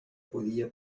podia